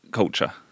culture